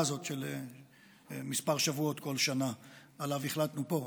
הזאת של כמה שבועות כל שנה שעליה החלטנו פה,